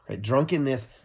Drunkenness